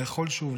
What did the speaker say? לאכול שוב,